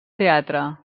teatre